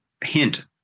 hint